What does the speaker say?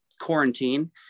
quarantine